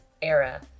era